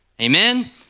amen